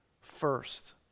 first